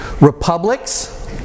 republics